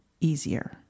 easier